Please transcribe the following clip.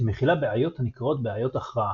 שמכילה בעיות הנקראות "בעיות הכרעה",